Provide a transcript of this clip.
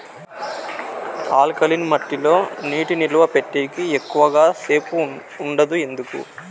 alkaline మట్టి లో నీటి నిలువ పెట్టేకి ఎక్కువగా సేపు ఉండదు ఎందుకు